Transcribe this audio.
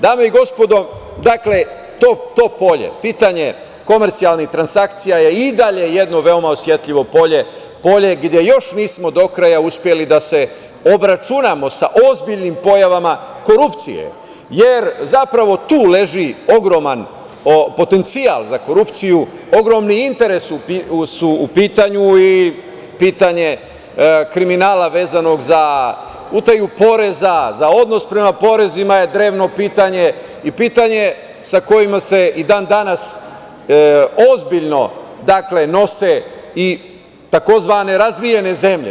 Dame i gospodo to polje, pitanje komercijalnih transakcija je i dalje jedno veoma osetljivo polje, polje gde još nismo do kraja uspeli da se obračunamo sa ozbiljnim pojavama korupcije, jer zapravo tu leži ogroman potencijal za korupciju, ogromni interes su u pitanju i pitanje kriminala vezanog za utaju poreza, za odnos prema porezima je drevno pitanje i pitanje je sa kojima se i dan danas ozbiljno nose, tzv. razvijene zemlje.